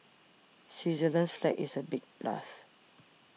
Switzerland's flag is a big plus